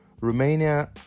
Romania